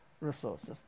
resources